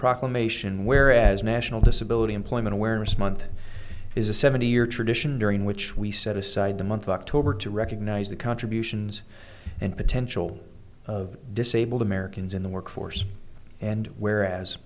proclamation whereas national disability employment awareness month is a seventy year tradition during which we set aside the month of october to recognize the contributions and potential of disabled americans in the workforce and where as